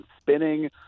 spinning